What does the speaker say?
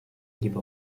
gibi